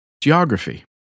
Geography